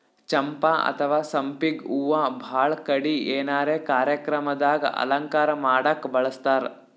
ಚಂಪಾ ಅಥವಾ ಸಂಪಿಗ್ ಹೂವಾ ಭಾಳ್ ಕಡಿ ಏನರೆ ಕಾರ್ಯಕ್ರಮ್ ದಾಗ್ ಅಲಂಕಾರ್ ಮಾಡಕ್ಕ್ ಬಳಸ್ತಾರ್